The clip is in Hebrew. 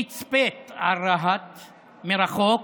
תצפת על רהט מרחוק,